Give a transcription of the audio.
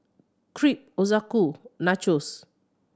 Crepe Ochazuke Nachos